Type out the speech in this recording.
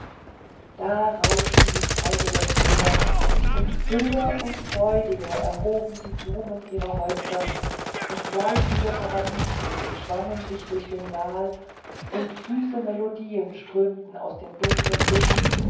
da rauschten die zweige der cedern und höher und freudiger erhoben die blumen ihre häupter und gleißende paradiesvögel schwangen sich durch den saal und süße melodien strömten aus den dunklen büschen